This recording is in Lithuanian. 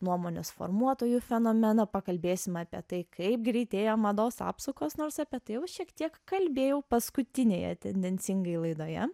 nuomonės formuotojų fenomeną pakalbėsim apie tai kaip greitėja mados apsukos nors apie tai jau šiek tiek kalbėjau paskutinėje tendencingai laidoje